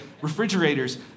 refrigerators